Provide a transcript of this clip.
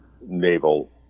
naval